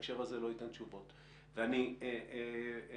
שאני אעלה על ווספה בגיל 60?